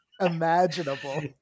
imaginable